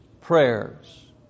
prayers